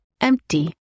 empty